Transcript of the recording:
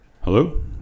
Hello